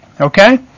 Okay